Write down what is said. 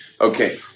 Okay